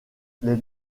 les